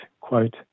quote